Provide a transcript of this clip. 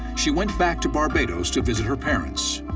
she went back to barbados to visit her parents.